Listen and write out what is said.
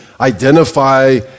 identify